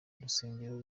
urusengero